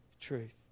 truth